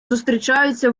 зустрічаються